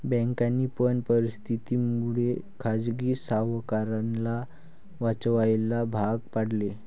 बँकांनी पण परिस्थिती मुळे खाजगी सावकाराला वाचवायला भाग पाडले